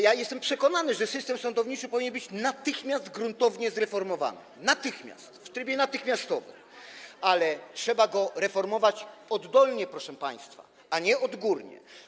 Ja jestem przekonany, że system sądowniczy powinien być natychmiast gruntownie zreformowany, natychmiast, w trybie natychmiastowym, ale trzeba go reformować oddolnie, proszę państwa, a nie odgórnie.